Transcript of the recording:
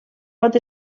pot